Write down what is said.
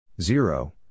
Zero